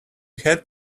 had